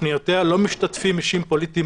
בתכניותיה לא משתתפים אישים פוליטיים